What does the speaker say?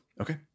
Okay